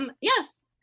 Yes